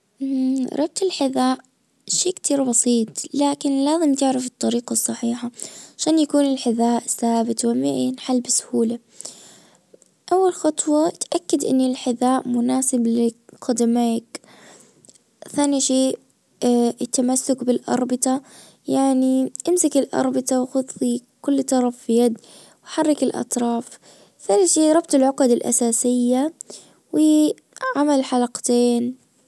ربط الحذاء شي كتير بسيط لكن لازم تعرف الطريقة الصحيحة عشان يكون الحذاء ثابت وما ينحل بسهولة اول خطوة اتأكد ان الحذاء مناسب لقدميك ثاني شيء التمسك بالاربطة يعني امسك الاربطة وخد في كل طرف في يد حرك الاطراف ثاني شي ربط العقد الأساسية و عمل حلقتين.